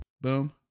Boom